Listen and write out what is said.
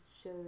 show